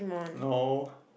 no